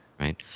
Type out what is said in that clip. Right